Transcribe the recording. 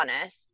honest